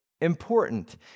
important